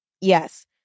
yes